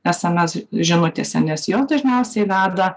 sms žinutėse nes jos dažniausiai veda